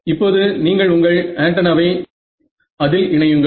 இப்போது நீங்கள் உங்கள் ஆண்டனாவை அதில் இணையுங்கள்